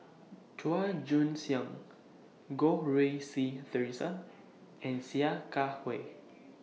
Chua Joon Siang Goh Rui Si Theresa and Sia Kah Hui